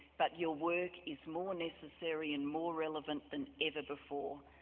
but your work is more necessary and more relevant than ever before.